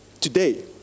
today